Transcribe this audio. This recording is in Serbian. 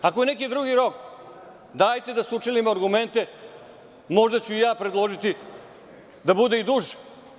Ako je neki drugi rok, dajte da sučelimo argumente, pa ću možda i ja predložiti da bude i duže.